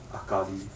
akali